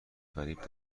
فریب